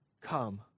come